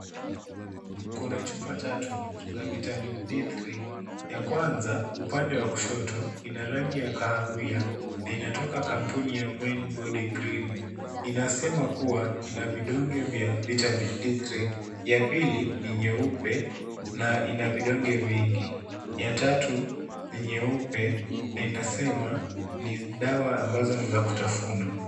Kuna chupa tatu za vitamin D3 ya kwanza uapnde wa kushoto ina rangi ya kahawia na inatoka kampuni ya Mindbodygreen inasemakuwa inavidonge vya vitamin D3 ya pili ni nyeupe na ina vidonge vingi, ya tatu ni nyeupe na inasema ni dawa ambazo ni za kutafunwa.